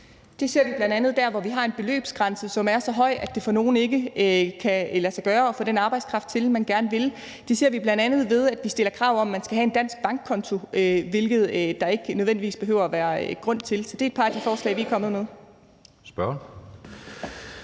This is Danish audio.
Det ser vi bl.a. der, hvor vi har en beløbsgrænse, som er så høj, at det for nogle ikke kan lade sig gøre at få den arbejdskraft til landet, de gerne vil. Det ser vi bl.a., ved at vi stiller krav om, at man skal have en dansk bankkonto, hvilket der ikke nødvendigvis behøver at være grund til. Så det handler et par af de forslag, vi er kommet med,